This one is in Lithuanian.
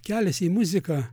kelias į muziką